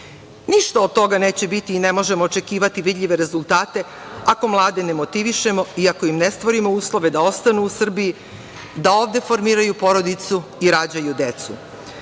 od toga neće biti i ne možemo očekivati vidljive rezultate ako mlade ne motivišemo i ako im ne stvorimo uslove da ostanu u Srbiji, da ovde formiraju porodicu i rađaju decu.